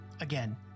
Again